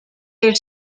their